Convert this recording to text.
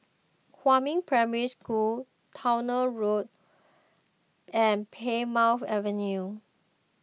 Huamin Primary School Towner Road and Plymouth Avenue